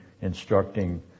instructing